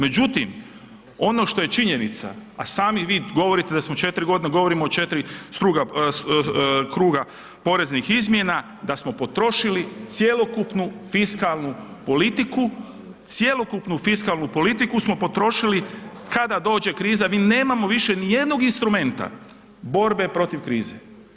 Međutim, ono što je činjenica, a sami vi govorite da smo 4 godine, govorimo o 4 kruga poreznih izmjena da smo potrošili cjelokupnu fiskalnu politiku, cjelokupnu fiskalnu politiku smo potrošili, kada dođe kriza mi nemamo više niti jednog instrumenta borbe protiv krize.